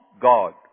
God